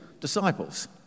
disciples